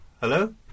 Hello